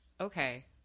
okay